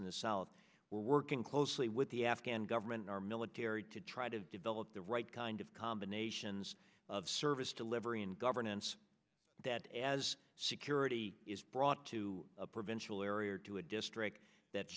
in the south we're working closely with the afghan government our military to try to develop the right kind of combinations of service delivery and governance that as security is brought to a provincial area or to a district that